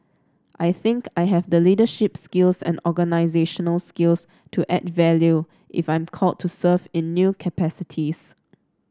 I think I have the leaderships and organisational skills to add value if I'm called to serve in new capacities